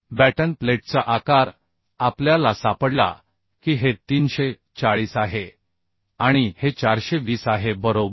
तर बॅटन प्लेटचा आकार आपल्या ला सापडला की हे 340 आहे आणि हे 420 आहे बरोबर